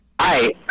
Hi